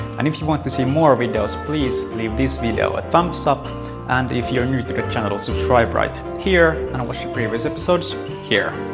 and if you want to see more videos please leave this video a thumbs up and if you are new to the channel subscribe right here and watch the previous episodes here.